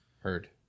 heard